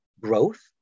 growth